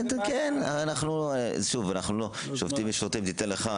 כן, שוב, שופטים ושוטרים תיתן לך.